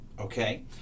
okay